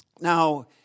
Now